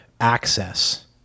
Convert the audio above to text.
access